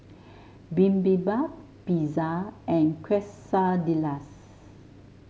Bibimbap Pizza and Quesadillas